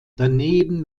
daneben